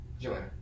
Joanna